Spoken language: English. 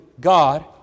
God